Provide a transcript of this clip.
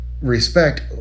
respect